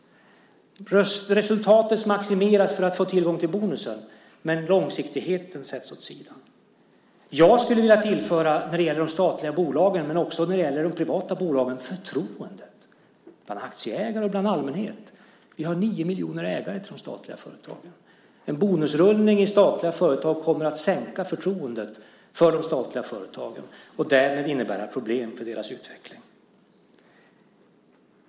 Resultatet maximeras för att få tillgång till bonusen, men långsiktigheten sätts åt sidan. Det jag skulle vilja tillföra när det gäller de statliga bolagen, men också när det gäller de privata bolagen, är förtroende bland aktieägare och bland allmänhet. Vi har nio miljoner ägare till de statliga företagen. En bonusrullning i statliga företag kommer att sänka förtroendet för de statliga företagen och därmed innebära problem för deras utveckling.